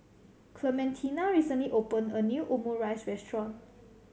Clementina recently opened a new Omurice Restaurant